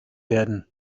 werden